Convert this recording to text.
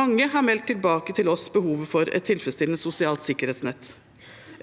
Mange har meldt tilbake til oss behovet for et tilfredsstillende sosialt sikkerhetsnett.